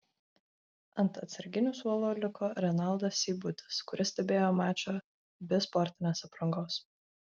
ant atsarginių suolo liko renaldas seibutis kuris stebėjo mačą be sportinės aprangos